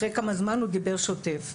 אחרי כמה זמן הוא דיבר שוטף.